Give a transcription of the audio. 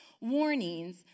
warnings